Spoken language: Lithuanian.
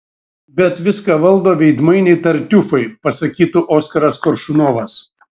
bet viską valdo veidmainiai tartiufai pasakytų oskaras koršunovas